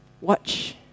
Watch